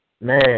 Man